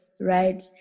right